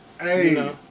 Hey